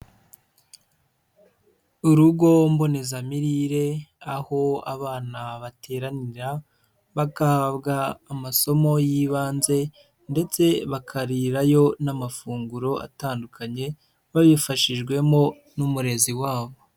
Urugo mbonezamirire aho abana bateranira bagahabwa amasomo y'ibanze ndetse bakarirayo n'amafunguro atandukanye babifashijwemo n'umurezi wabo.